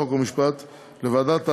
חוק ומשפט לוועדת העבודה,